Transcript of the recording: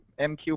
MQ